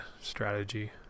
strategy